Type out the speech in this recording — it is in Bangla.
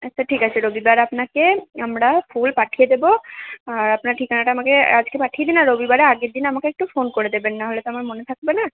আচ্ছা ঠিক আছে রবিবার আপনাকে আমরা ফুল পাঠিয়ে দেবো আর আপনার ঠিকানাটা আমাকে আজকে পাঠিয়ে দিন আর রবিবারের আগেরদিন আমাকে একটু ফোন করে দেবেন না হলে তো আমার মনে থাকবে না